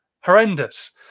horrendous